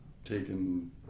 taken